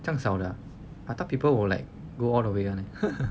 这样少的 ah I thought people would like go all the way [one] eh